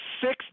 six